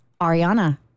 Ariana